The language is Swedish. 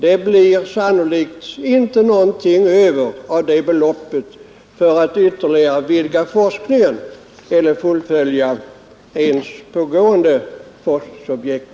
Det blir sannolikt inte någonting över av det beloppet för att ytterligare vidga forskningen eller fullfölja ens pågående forskningsobjekt.